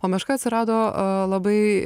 o meška atsirado labai